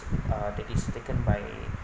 uh that is taken by